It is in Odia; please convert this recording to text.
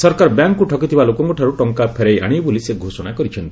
ସରକାର ବ୍ୟାଙ୍କ୍କୁ ଠକିଥିବା ଲୋକଙ୍କଠାରୁ ଟଙ୍କା ଫେରାଇ ଆଶିବେ ବୋଲି ସେ ଘୋଷଣା କରିଛନ୍ତି